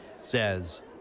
says